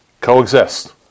coexist